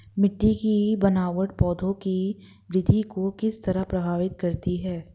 मिटटी की बनावट पौधों की वृद्धि को किस तरह प्रभावित करती है?